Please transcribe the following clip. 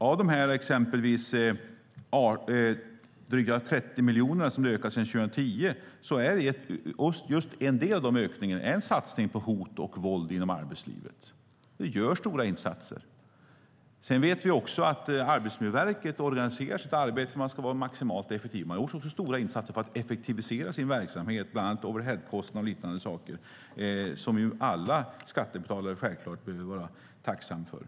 Av de här exempelvis dryga 30 miljonerna som anslaget har ökat med sedan 2010 är en del en satsning mot hot och våld inom arbetslivet. Det görs stora insatser. Sedan vet vi också att Arbetsmiljöverket organiserar sitt arbete för att vara maximalt effektiva. Man har gjort stora insatser för att effektivisera sin verksamhet, bland annat overheadkostnader och liknande saker, och det ska ju alla skattebetalare självklart vara tacksamma för.